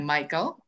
Michael